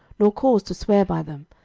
nor cause to swear by them,